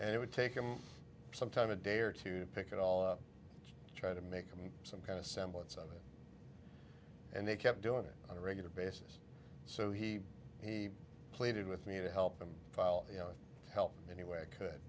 and it would take him some time a day or two to pick it all try to make some kind of semblance of it and they kept doing it on a regular basis so he he pleaded with me to help him file you know help any way i could